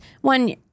one-